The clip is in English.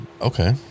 Okay